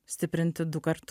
stiprinti du kartus